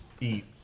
eat